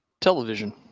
television